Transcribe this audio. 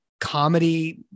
comedy